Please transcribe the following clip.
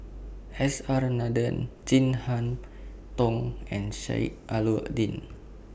S R Nathan Chin Harn Tong and Sheik Alau'ddin